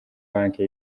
banki